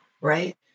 right